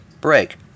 Break